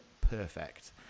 perfect